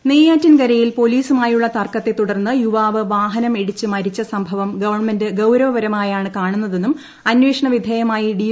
P നെയ്യാറ്റിൻകരയിൽ പോലീസുമായുള്ള തർക്കത്തെ തുടർന്ന് യുവാവ് വാഹനം ഇടിച്ച് മരിച്ച സംഭവം ഗവൺമെന്റ് ഗൌരവപരമായാണ് കാണുന്നതെന്നും അന്വേഷണവിധേയമായി ഡി